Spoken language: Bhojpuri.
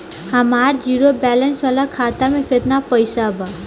हमार जीरो बैलेंस वाला खाता में केतना पईसा बा?